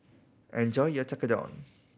enjoy your Tekkadon